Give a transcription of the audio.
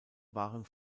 waren